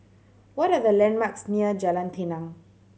what are the landmarks near Jalan Tenang